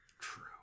True